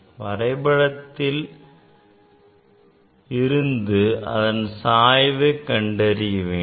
வரைபடத்தில் இருந்து அதன் சாய்வை கண்டறிய வேண்டும்